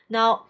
Now